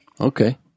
Okay